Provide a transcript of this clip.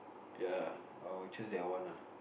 ya I'll choose that one ah